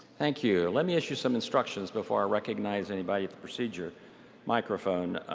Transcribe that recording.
thank you. let me issue some instructions before i recognize anybody at the procedure microphone.